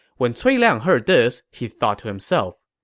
when cui liang heard this, he thought to himself,